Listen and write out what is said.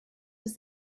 was